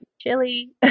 Chili